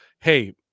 hey